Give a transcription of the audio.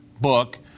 book